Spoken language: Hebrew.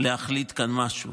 להחליט כאן משהו.